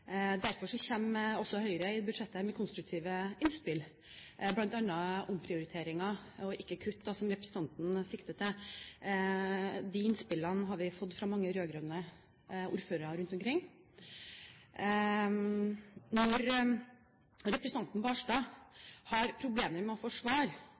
Derfor kommer også Høyre i budsjettet med konstruktive innspill, bl.a. omprioriteringer, og ikke kutt som representanten sikter til. De innspillene har vi fått fra mange rød-grønne ordførere rundt omkring. Når representanten Barstad har problemer med å forsvare,